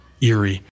eerie